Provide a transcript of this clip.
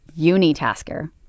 unitasker